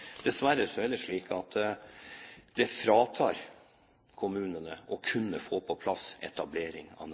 Dessverre er det slik at det fratar kommunene å kunne få på plass næringslivsetablering. Vi hørte det